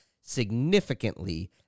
significantly